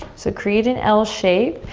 so create an l shape.